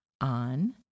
on